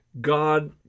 God